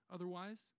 Otherwise